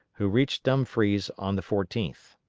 who reached dumfries on the fourteenth.